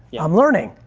yeah i'm learning.